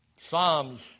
Psalms